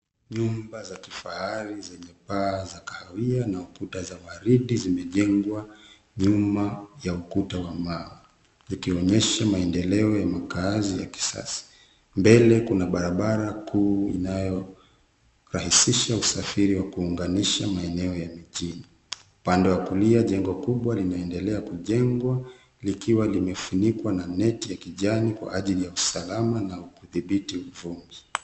Nyumba za kifahari zenye paa za kahawia na ukuta za waridi zimejengwa nyuma ya ukuta wa mawe, zikionyesha maendeleo ya makaazi ya kisasa. Mbele kuna barabara kuu inayorahisha usafiri wa kuunganisha maeneo ya mijini. Upande wa kulia, jengo kubwa linaendelea kujengwa likiwa limefunikwa na neti ya kijani kwa ajili ya usalama na kudhibiti vumbi.